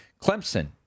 Clemson